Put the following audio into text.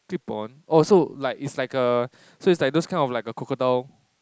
clip on oh so like it's like err so it's like those type of like a crocodile